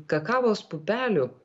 kakavos pupelių